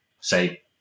say